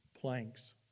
Planks